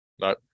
No